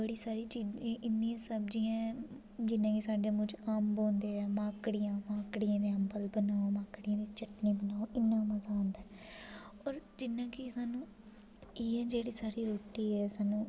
बड़ी सारी चीज़ इ'न्नी सब्ज़ीं ऐं जि'यां की साढ़े जम्मू च अम्ब होंदे ऐ माकड़ियां माकड़ियां दे अम्बल बनाओ माकड़ियें दी चटनी बनाओ इ'न्ना मज़ा औंदा होर जि'यां की सानूं इ'यै जेह्ड़ी साढ़ी रुट्टी ऐ सानूं